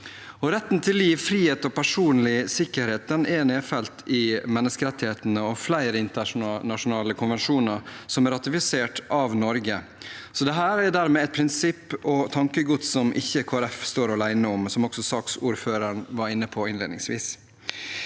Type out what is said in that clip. Retten til liv, frihet og personlig sikkerhet er nedfelt i menneskerettighetene og flere internasjonale konvensjoner som er ratifisert av Norge. Dette er dermed et prinsipp og et tankegods som Kristelig Folkeparti ikke står alene om, som også saksordføreren var inne på innledningsvis.